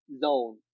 zone